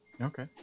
Okay